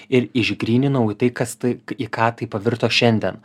ir išgryninau į tai kas tai į ką tai pavirto šiandien